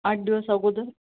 आठ दिवस अगोदर